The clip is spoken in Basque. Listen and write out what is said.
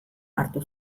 hartu